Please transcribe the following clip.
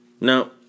no